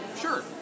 Sure